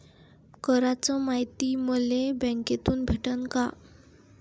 कराच मायती मले बँकेतून भेटन का?